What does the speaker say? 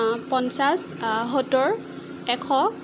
পঞ্চাছ সত্তৰ এশ